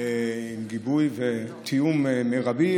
גיבוי ותיאום מרבי.